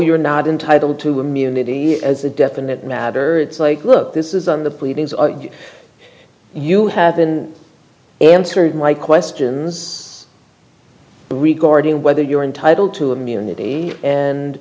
you're not entitled to immunity as a definite matter it's like look this is on the pleadings ugh you haven't answered my questions regarding whether you're entitled to immunity and